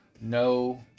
no